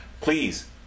please